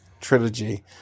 trilogy